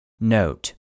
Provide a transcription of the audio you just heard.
Note